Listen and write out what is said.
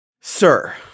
sir